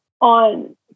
on